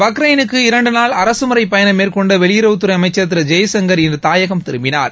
பக்ரைலுக்கு இரன்டு நாள் அரசுமுறைப் பயணம் மேற்கொண்ட வெளியுறவுத்துறை அமைச்சர் திரு ஜெய்சங்கள் இன்று தாயகம் திரும்பினார்